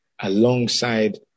alongside